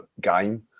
game